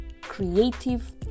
creative